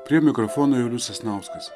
prie mikrofono julius sasnauskas